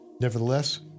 Nevertheless